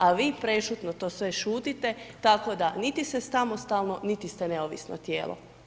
A vi prešutno to sve šutite, tako da niti ste samostalno, niti ste neovisno tijelo.